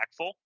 impactful